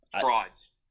Frauds